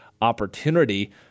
opportunity